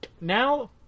now